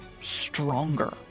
stronger